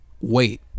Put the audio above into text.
wait